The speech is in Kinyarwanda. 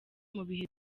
mubihe